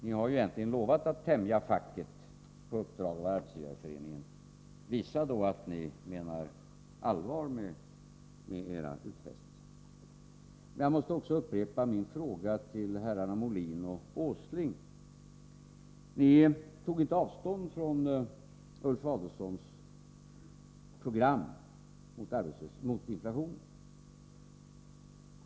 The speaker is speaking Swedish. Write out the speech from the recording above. Ni har ju egentligen lovat att tämja facket, på uppdrag av Arbetsgivareföreningen. Visa då att ni menar allvar med era utfästelser! Jag måste också upprepa min fråga till herrarna Molin och Åsling. Ni tog inte avstånd från Ulf Adelsohns program mot inflationen.